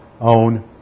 own